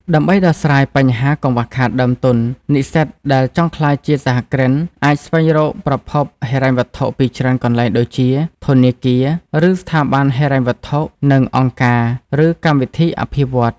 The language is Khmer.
ដើម្បីដោះស្រាយបញ្ហាកង្វះខាតដើមទុន និស្សិតដែលចង់ក្លាយជាសហគ្រិនអាចស្វែងរកប្រភពហិរញ្ញវត្ថុពីច្រើនកន្លែងដូចជា ធនាគារ ឬស្ថាប័នហិរញ្ញវត្ថុ និងអង្គការ ឬកម្មវិធីអភិវឌ្ឍន៍។